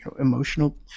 emotional